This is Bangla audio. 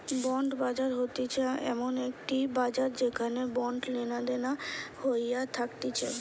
বন্ড বাজার হতিছে এমন একটি বাজার যেখানে বন্ড লেনাদেনা হইয়া থাকতিছে